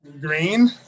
Green